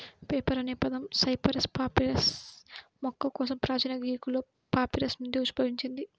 paper అనే పదం cyperus papyrus మొక్క కోసం ప్రాచీన గ్రీకులో పాపిరస్ నుండి ఉద్భవించింది